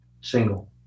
single